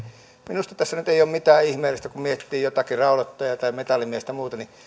minusta tässä nyt ei ole mitään ihmeellistä kun miettii jotakin raudoittajaa tai metallimiestä tai muuta niin